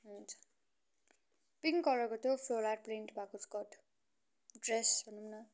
हुन्छ पिङ्क कलरको थियो फ्लोरार प्रिन्ट भएको स्कर्ट ड्रेस भनौँ न